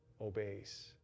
obeys